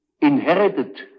inherited